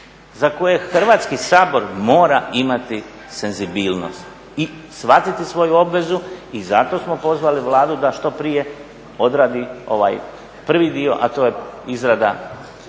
za koje Hrvatski sabor mora imati senzibilnost i shvatiti svoju obvezu i zato smo pozvali Vladu da što prije odradi ovaj prvi dio a to je izrada prijedloga